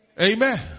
Amen